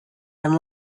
and